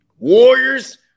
Warriors